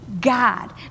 God